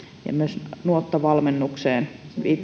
ja nuotta valmennukseen